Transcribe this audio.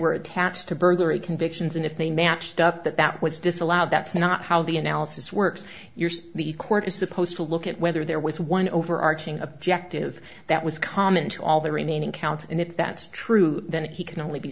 were attached to burglary convictions and if they matched up that that was disallowed that's not how the analysis works the court is supposed to look at whether there was one overarching objective that was common to all the remaining counts and if that's true then he can only be